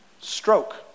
Stroke